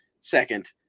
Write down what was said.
second